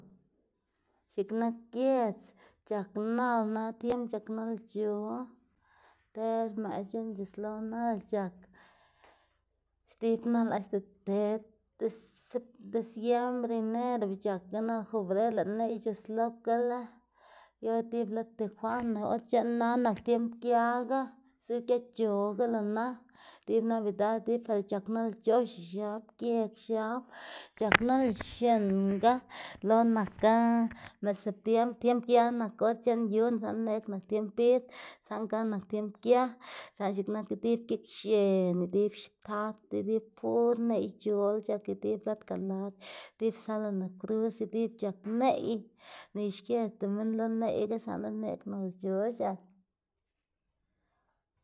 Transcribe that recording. x̱iꞌk nak giedz c̲h̲ak nal na tiemb c̲h̲ak nalc̲h̲o nter mëꞌ c̲h̲eꞌn c̲h̲uslo nal c̲h̲ak xdib nal axta ted dis sep disiembr, enero bi c̲h̲ak nal fobrer lëꞌ neꞌy c̲h̲uslokala yor idib lad tijuana or c̲h̲eꞌn na nak tiemb gia ga, zu giac̲h̲o ga luna idib navidad idib pe c̲h̲ak nalc̲h̲oxe xiab gieg xiab c̲h̲ak nal xinga lo nakga mëꞌ setiembr tiemb gia nak tiemb c̲h̲eꞌn yuná saꞌnde neꞌg nak tiemb bidz saꞌn ga nak tiemb gia zaꞌ x̱iꞌk nak idib gikxen, idib xtat idib pur neꞌyc̲h̲ola c̲h̲ak idib lad ga lad idib salina cruz idib c̲h̲ak neꞌy, nike xkedzdama lo neꞌyga saꞌnde neꞌg nalc̲h̲o c̲h̲ak.